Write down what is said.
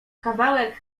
kawałek